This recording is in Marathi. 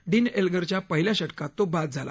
डीन एल्गरच्या पहिल्या षटकात तो बाद झाला